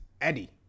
Eddie